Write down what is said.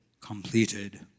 Completed